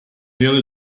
yellow